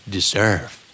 Deserve